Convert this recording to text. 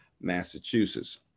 Massachusetts